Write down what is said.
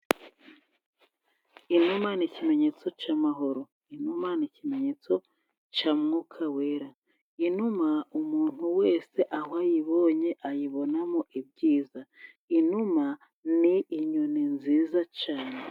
Inuma ni ikimenyetso cy'amahoro, Inuma ni ikimenyetso cya mwuka wera, Inuma umuntu wese aho ayibonye ayibonamo ibyiza. inuma ni inyoni nziza cyane.